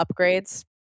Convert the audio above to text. upgrades